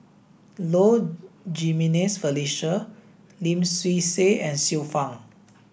Low Jimenez Felicia Lim Swee Say and Xiu Fang